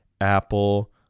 Apple